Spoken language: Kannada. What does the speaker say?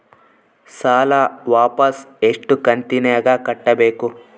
ಸಾಲ ವಾಪಸ್ ಎಷ್ಟು ಕಂತಿನ್ಯಾಗ ಕಟ್ಟಬೇಕು?